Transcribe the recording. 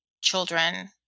children